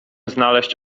znaleźć